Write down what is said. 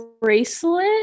bracelet